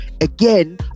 again